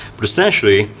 but essentially,